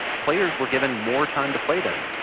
players were given more time to play them.